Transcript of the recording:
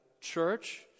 church